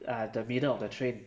the middle of the train